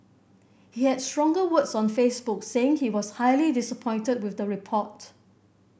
he had stronger words on Facebook saying he was highly disappointed with the report